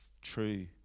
true